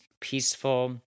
peaceful